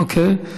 אוקיי,